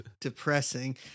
depressing